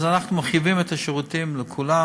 אז אנחנו מרחיבים את השירותים לכולם,